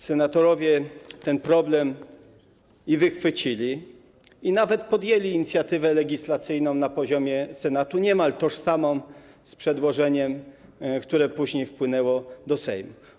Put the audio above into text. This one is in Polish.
Senatorowie ten problem wychwycili i nawet podjęli inicjatywę legislacyjną na poziomie Senatu, niemal tożsamą z przedłożeniem, które później wpłynęło do Sejmu.